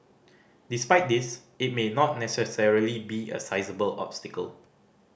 despite this it may not necessarily be a sizeable obstacle